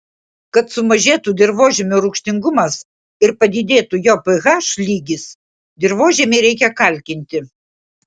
kad sumažėtų dirvožemio rūgštingumas ir padidėtų jo ph lygis dirvožemį reikia kalkinti